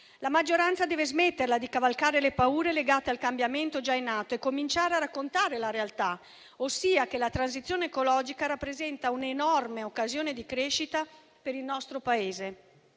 La maggioranza deve smetterla di cavalcare le paure legate al cambiamento già in atto e cominciare a raccontare la realtà, ossia che la transizione ecologica rappresenta un'enorme occasione di crescita per il nostro Paese.